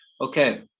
Okay